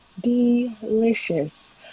delicious